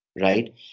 right